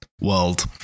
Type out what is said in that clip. world